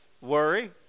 worry